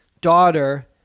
daughter